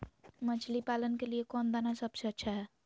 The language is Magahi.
मछली पालन के लिए कौन दाना सबसे अच्छा है?